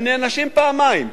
הם נענשים פעמיים.